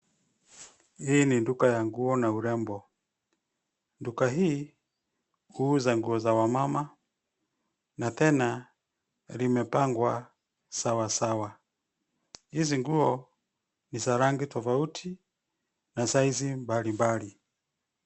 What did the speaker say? Hii ni duka ya nguo na urembo,. Duka hii huuza nguo za wamama na tena limepangwa sawa sawa. Hizi nguo ni za rangi tofauti na saizi mbali mbali.